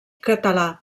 català